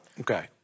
Okay